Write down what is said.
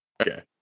okay